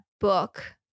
book